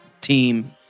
team